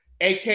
AK